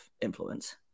influence